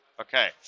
okay